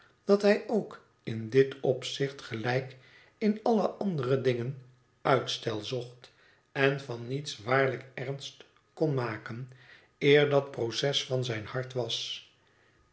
dat hij ook in dit opzicht gelijk in alle andere dingen uitstel zocht en van niets waarlijk ernst kon maken eer dat proces van zijn hart was